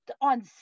on